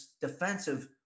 defensive